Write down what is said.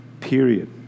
period